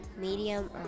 medium